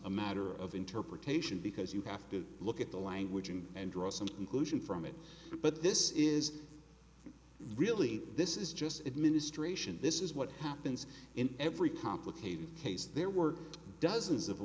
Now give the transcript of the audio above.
a matter of interpretation because you have to look at the language and draw some conclusion from it but this is really this is just administration this is what happens in every complicated case there were dozens of